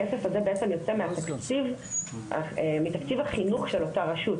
הכסף הזה בעצם יוצא מתקציב החינוך של אותה רשות